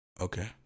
Okay